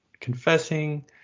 confessing